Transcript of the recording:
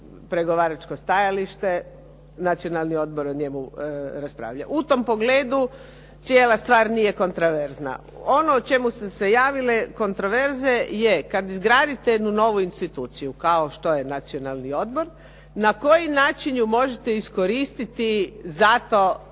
pregovaračko stajališta, Nacionalni odbor o njemu raspravlja. U tom pogledu cijela stvar nije kontroverzna. Ono u čemu su se javile kontroverze je, kad izgradite jednu novu instituciju kao što je Nacionalni odbor, na koji način ju možete iskoristiti zato